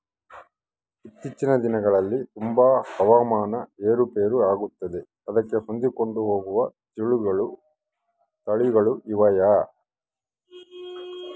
ಇತ್ತೇಚಿನ ದಿನಗಳಲ್ಲಿ ತುಂಬಾ ಹವಾಮಾನ ಏರು ಪೇರು ಆಗುತ್ತಿದೆ ಅದಕ್ಕೆ ಹೊಂದಿಕೊಂಡು ಹೋಗುವ ತಳಿಗಳು ಇವೆಯಾ?